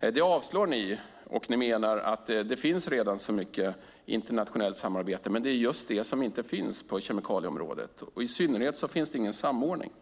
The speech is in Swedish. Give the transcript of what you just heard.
men det avslår ni och menar att det redan finns så mycket internationellt samarbete. Men det är just det som inte finns på kemikalieområdet, och i synnerhet finns det ingen samordning.